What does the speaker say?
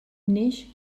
neix